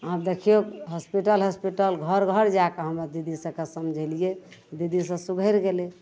आब देखिऔ hospital hospital घर घर जाके हमरा दीदी सभकेँ समझेलिए दीदीसभ सुधरि गेलै